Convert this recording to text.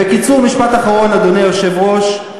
בקיצור, משפט אחרון, אדוני היושב-ראש,